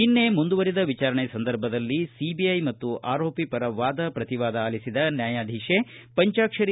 ನಿನ್ನೆ ಮುಂದುವರಿದ ವಿಚಾರಣೆ ಸಂದರ್ಭದಲ್ಲಿ ಸಿದಿಐ ಮತ್ತು ಆರೋಪಿ ಪರ ವಾದ ಪ್ರತಿವಾದ ಆಲಿಸಿದ ನ್ಯಾಯಾಧೀಶೆ ಪಂಜಾಕ್ಷರಿ